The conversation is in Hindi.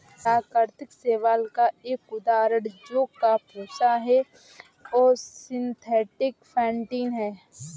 प्राकृतिक शैवाल का एक उदाहरण जौ का भूसा है और सिंथेटिक फेंटिन है